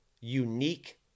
unique